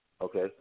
okay